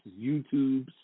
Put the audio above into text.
YouTubes